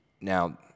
now